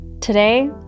Today